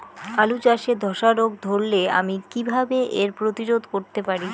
আলু চাষে ধসা রোগ ধরলে আমি কীভাবে এর প্রতিরোধ করতে পারি?